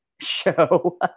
show